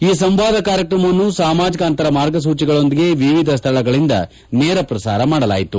ಈ ಸಂವಾದ ಕಾರ್ಯಕ್ರಮವನ್ನು ಸಾಮಾಜಿಕ ಅಂತರ ಮಾರ್ಗಸೂಚಿಗಳೊಂದಿಗೆ ವಿವಿಧ ಸ್ಥಳಗಳಿಂದ ನೇರ ಪ್ರಸಾರ ಮಾಡಲಾಯಿತು